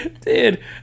Dude